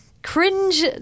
cringe